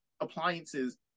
appliances